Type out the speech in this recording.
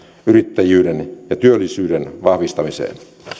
yrittäjyyden ja työllisyyden vahvistamiseen